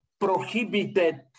prohibited